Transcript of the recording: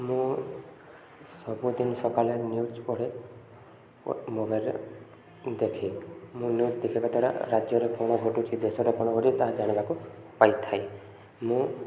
ମୁଁ ସବୁଦିନ ସକାଳେ ନ୍ୟୁଜ୍ ପଢ଼େ ମୋବାଇଲରେ ଦେଖେ ମୁଁ ନ୍ୟୁଜ୍ ଦେଖିବା ଦ୍ୱାରା ରାଜ୍ୟରେ କ'ଣ ଘଟୁଛି ଦେଶରେ କ'ଣ ଘଟୁଛି ତାହା ଜାଣିବାକୁ ପାଇଥାଏ ମୁଁ